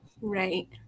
Right